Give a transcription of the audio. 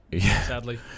sadly